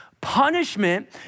Punishment